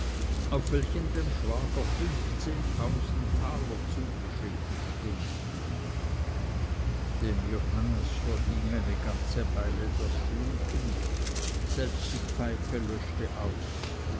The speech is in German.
auf welchem dem schwager fünfzehntausend taler zugeschrieben stunden dem johannes verging eine ganze weile das fluchen selbst die pfeife löschte aus